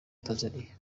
tanzania